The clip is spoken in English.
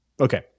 okay